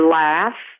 laugh